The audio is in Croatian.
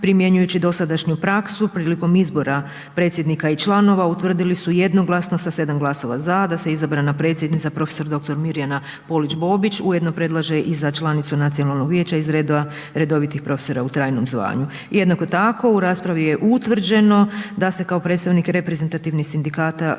primjenjujući dosadašnju praksu prilikom izbora predsjednika i članova utvrdili su jednoglasno sa 7 glasova za da se izabrana predsjednica prof. dr. Mirjana Polić Bobić ujedno predlaže i za članicu Nacionalnog vijeća iz redova redovitih profesora u trajnom zvanju. Jednako tako, u raspravi je utvrđeno da se kao predstavnik reprezentativnih sindikata